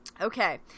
Okay